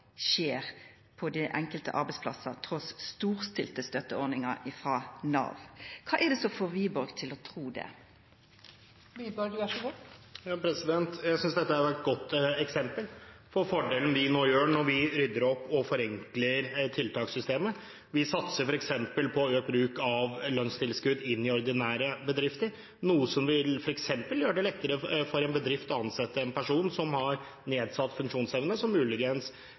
skjer på dei enkelte arbeidsplassane, trass storstilte støtteordningar frå Nav? Kva er det som får Wiborg til å tru det? Jeg synes dette var et godt eksempel på fordelen ved at vi nå rydder opp og forenkler tiltakssystemet. Vi satser f.eks. på økt bruk av lønnstilskudd inn i ordinære bedrifter, noe som f.eks. vil gjøre det lettere for en bedrift å ansette en person som har nedsatt funksjonsevne, som muligens